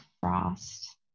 Frost